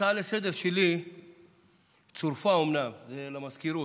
ההצעה לסדר-היום שלי צורפה אומנם, זה למזכירות,